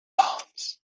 arms